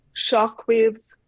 shockwaves